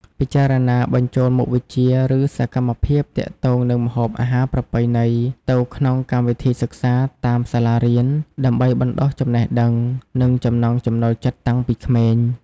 ពិចារណាបញ្ចូលមុខវិជ្ជា ឬសកម្មភាពទាក់ទងនឹងម្ហូបអាហារប្រពៃណីទៅក្នុងកម្មវិធីសិក្សាតាមសាលារៀន ដើម្បីបណ្ដុះចំណេះដឹង និងចំណង់ចំណូលចិត្តតាំងពីក្មេង។